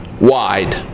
wide